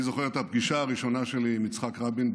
אני זוכר את הפגישה הראשונה שלי עם יצחק רבין,